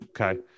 Okay